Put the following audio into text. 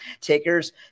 Takers